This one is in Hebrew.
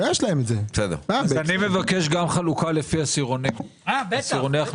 אני מבקש גם חלוקה לפי עשירוני הכנסה.